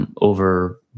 Over